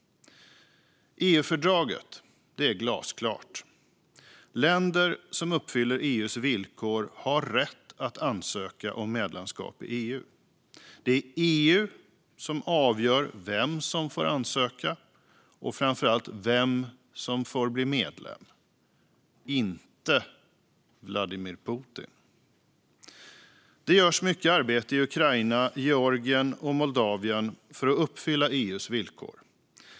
EU-fördraget är glasklart. Länder som uppfyller EU:s villkor har rätt att ansöka om medlemskap i EU. Det är EU som avgör vem som får ansöka och framför allt vem som får bli medlem, inte Vladimir Putin. Det görs mycket arbete i Ukraina, Georgien och Moldavien för att man ska uppfylla EU:s villkor.